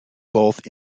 both